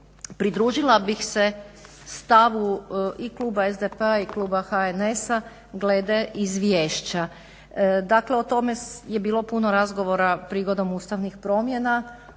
Pridružila bih se stavu i kluba SDP-a i kluba HSN-a glede izvješća. Dakle o tome je bilo puno razgovora prigodom ustavnih promjena